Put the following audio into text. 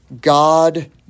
God